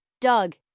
Doug